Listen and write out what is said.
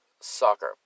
Soccer